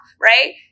right